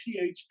php